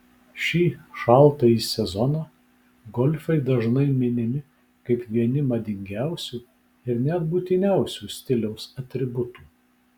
šį šaltąjį sezoną golfai dažnai minimi kaip vieni madingiausių ir net būtiniausių stiliaus atributų